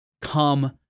come